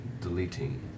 deleting